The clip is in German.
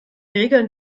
regeln